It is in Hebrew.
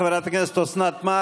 חבר הכנסת איימן עודה,